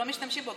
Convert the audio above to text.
לא משתמשים בו,